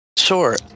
Sure